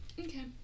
Okay